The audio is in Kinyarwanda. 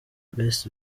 best